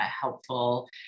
helpful